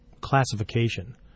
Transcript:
classification